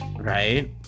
right